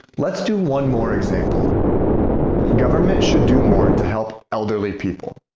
let's do one more example government should do more to help elderly people.